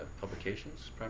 publications